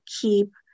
keep